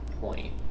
point